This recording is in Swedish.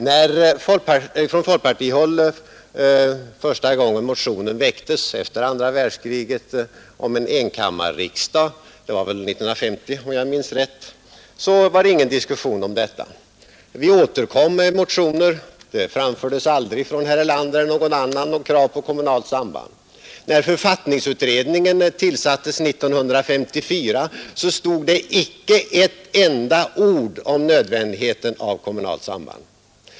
När från folkpartihåll första gången efter andra världskriget motionen väcktes om enkammarriksdag — 1950, om jag minns rätt — var det ingen diskussion om detta krav. Vi återkom med motionen, och det framfördes aldrig från herr Erlander eller någon annan något krav på kommunalt samband. När författningsutredningen tillsattes 1954 stod det icke ett enda ord i direktiven om nödvändigheten av kommunalt samband.